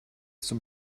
zum